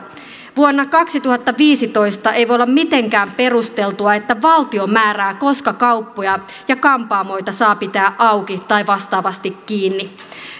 vuonna kaksituhattaviisitoista ei voi olla mitenkään perusteltua että valtio määrää koska kauppoja ja kampaamoita saa pitää auki tai vastaavasti kiinni